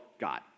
God